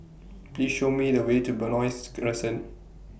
Please Show Me The Way to Benoi Crescent